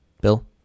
Bill